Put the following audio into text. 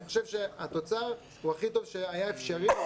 אני חושב שהתוצר הוא הכי טוב שהיה אפשרי.